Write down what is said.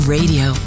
Radio